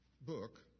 book